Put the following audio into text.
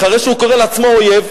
אחרי שהוא קורא לעצמו אויב,